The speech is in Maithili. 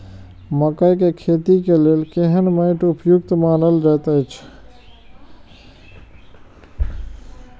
मकैय के खेती के लेल केहन मैट उपयुक्त मानल जाति अछि?